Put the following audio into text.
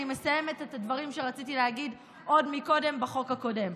אני מסיימת את הדברים שרציתי להגיד עוד קודם בחוק הקודם.